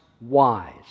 wise